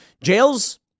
Jails